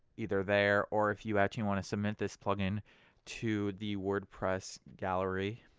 either there or if you actually want to submit this plug-in to the wordpress gallery.